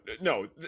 no